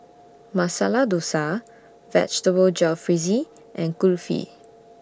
Masala Dosa Vegetable Jalfrezi and Kulfi